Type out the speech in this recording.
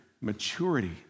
maturity